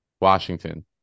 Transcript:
Washington